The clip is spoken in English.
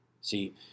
See